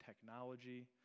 technology